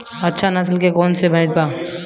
अच्छा नस्ल के कौन भैंस बा?